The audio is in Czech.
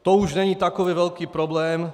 To už není takový velký problém.